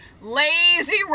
lazy